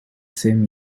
same